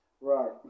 Right